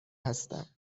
هستم